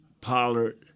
Pollard